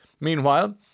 meanwhile